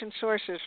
sources